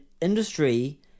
industry